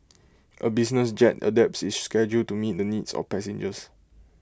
A business jet adapts its schedule to meet the needs of passengers